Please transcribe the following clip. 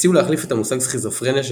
הציעו להחליף את המושג סכיזופרניה של